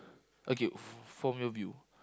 okay f~ from your view